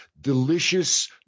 delicious